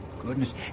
goodness